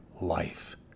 life